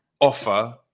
offer